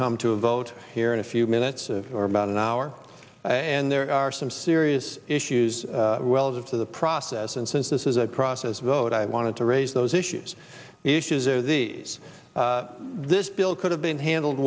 come to a vote here in a few minutes or about an hour and there are some serious issues well as of the process and since this is a process vote i wanted to raise those issues issues are these this bill could have been handled